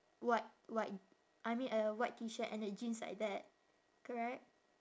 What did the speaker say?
white white I mean a white T shirt and a jeans like that correct